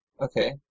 Okay